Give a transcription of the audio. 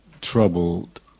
troubled